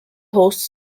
hosts